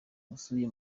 asuye